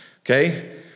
okay